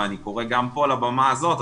ואני קורא גם מפה מהבמה הזאת,